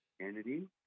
Kennedy